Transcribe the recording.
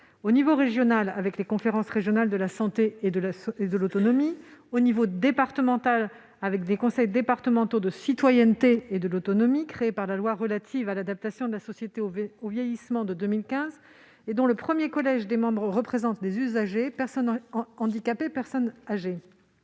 l'échelon régional, avec les conférences régionales de la santé et de l'autonomie, et à l'échelon départemental, avec les conseils départementaux de la citoyenneté et de l'autonomie, créés par la loi de 2015 relative à l'adaptation de la société au vieillissement et dont le premier collège représente des usagers : personnes handicapées, personnes âgées